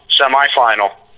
semifinal